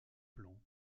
plan